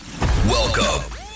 Welcome